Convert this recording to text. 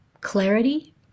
clarity